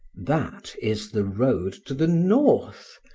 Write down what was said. that is the road to the north,